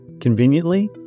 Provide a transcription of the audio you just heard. Conveniently